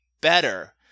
better